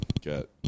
get